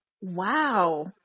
Wow